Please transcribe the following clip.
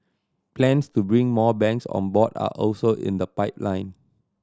plans to bring more banks on board are also in the pipeline